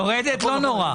יורדת לא נורא.